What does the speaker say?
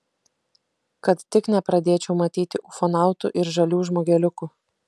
kad tik nepradėčiau matyti ufonautų ir žalių žmogeliukų